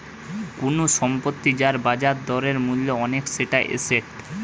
কুনু সম্পত্তি যার বাজার দরে মূল্য অনেক সেটা এসেট